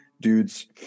dudes